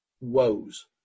woes